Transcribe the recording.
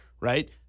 right